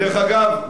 דרך אגב,